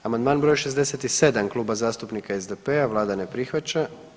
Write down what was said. Amandman br. 67 Kluba zastupnika SDP-a, Vlada ne prihvaća.